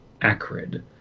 acrid